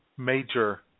major